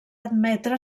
admetre